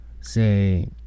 say